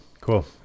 Cool